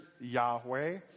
Yahweh